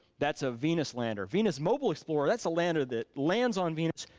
that's a venus lander. venus mobile explorer, that's lander that lands on venus,